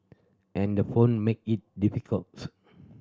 and the phone make is difficult